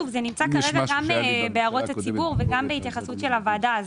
זה כרגע להערות הציבור וגם התייחסות של הוועדה.